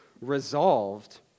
resolved